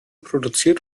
produziert